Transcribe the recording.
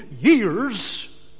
years